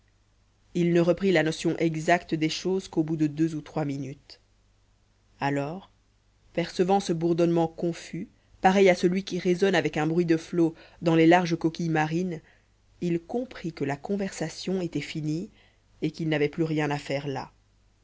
il ne reprit la notion exacte des choses qu'au bout de deux ou trois minutes alors percevant ce bourdonnement confus pareil à celui qui résonne avec un bruit de flot dans les larges coquilles marines il comprit que la conversation était finie et qu'il n'avait plus rien à faire là